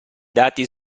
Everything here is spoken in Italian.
dati